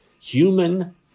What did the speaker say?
human